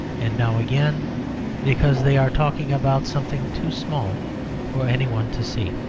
and now again because they are talking about something too small for any one to see.